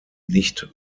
nicht